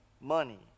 money